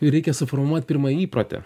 reikia suformuot pirma įprotį